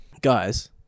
Guys